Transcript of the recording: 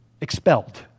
expelled